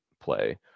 play